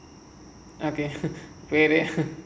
okay very good